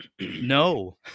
No